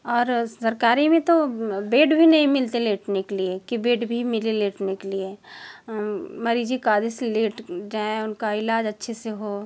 और सरकारी में तो बेड भी नहीं मिलते लेटने के लिए कि बेड भी मिले लेटने के लिए मरिज कायदे से लेट जाएँ उनका इलाज अच्छे से हो